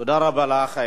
תודה רבה לך.